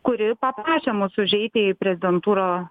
kuri paprašė mus užeiti į prezidentūrą